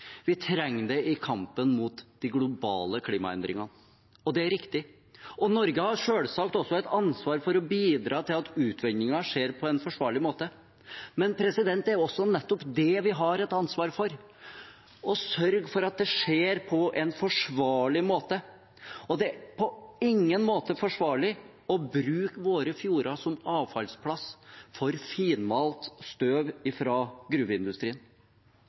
vi trenger det i kampen mot de globale klimaendringene – og det er riktig. Og Norge har selvsagt også et ansvar for å bidra til at utvinningen skjer på en forsvarlig måte. Men det er nettopp det vi har et ansvar for, å sørge for at det skjer på en forsvarlig måte. Det er på ingen måte forsvarlig å bruke våre fjorder som avfallsplass for finmalt støv fra gruveindustrien.